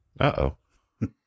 Uh-oh